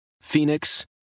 Phoenix